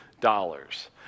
dollars